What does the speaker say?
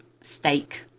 steak